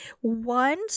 one